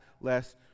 less